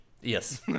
Yes